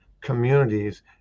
communities